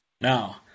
now